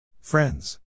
Friends